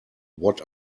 what